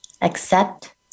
Accept